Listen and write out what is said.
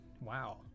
wow